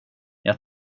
jag